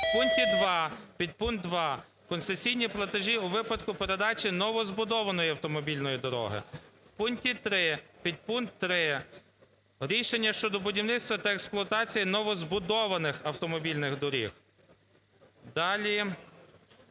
В пункті 2 підпункт 2. "Концесійні платежі у випадку передачі новозбудованої автомобільної дороги". В пункті 3 підпункт 3. "Рішення щодо будівництва та експлуатації новозбудованих автомобільних доріг". Далі,